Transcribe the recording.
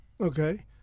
Okay